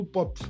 Pop